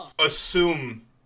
assume